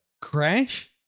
Crash